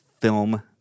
film